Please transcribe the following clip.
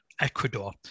Ecuador